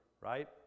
right